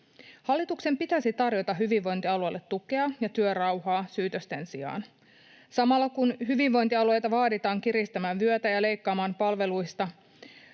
Hallituksen pitäisi tarjota hyvinvointialueille tukea ja työrauhaa syytösten sijaan. Samalla kun hyvinvointialueita vaaditaan kiristämään vyötä ja leikkaamaan palveluista,